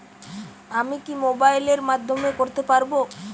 আমি কি মোবাইলের মাধ্যমে করতে পারব?